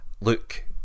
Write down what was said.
look